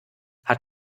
hat